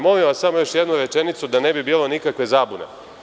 Molim vas, samo još jednu rečenicu, da ne bi bilo nikakve zabune.